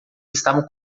estavam